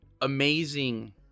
amazing